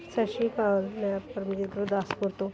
ਸਤਿ ਸ਼੍ਰੀ ਅਕਾਲ ਮੈਂ ਪਰਮਜੀਤ ਗੁਰਦਾਸਪੁਰ ਤੋਂ